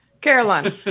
Carolina